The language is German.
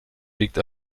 liegt